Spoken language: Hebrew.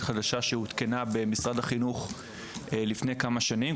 חדשה שהותקנה במשרד החינוך לפני כמה שנים,